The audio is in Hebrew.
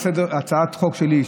הצעת חוק שלי,